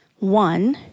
One